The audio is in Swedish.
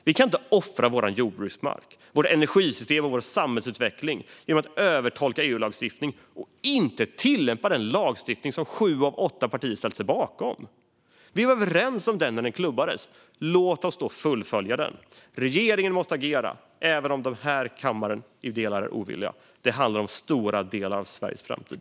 Vi kan inte offra vår jordbruksmark, vårt energisystem och vår samhällsutveckling genom att övertolka EU-lagstiftning och inte tillämpa den lagstiftning som sju av åtta partier ställt sig bakom. Vi var överens om den när den klubbades, så låt oss fullfölja den. Regeringen måste agera även om kammaren i delar är ovilliga. Det handlar om stora delar av Sveriges framtid.